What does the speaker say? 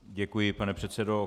Děkuji, pane předsedo.